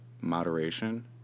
moderation